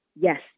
yes